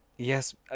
Yes